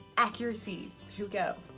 accuracy. here we go.